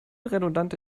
redundante